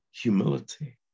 humility